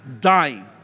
dying